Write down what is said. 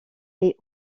est